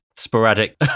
Sporadic